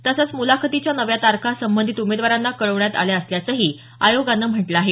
तसंच मुलाखतीच्या नव्या तारखा संबंधित उमेदवारांना कळवण्यात आल्या असल्याचंही आयोगानं म्हटलं आहे